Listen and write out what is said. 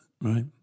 right